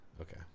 okay